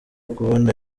kubona